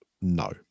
no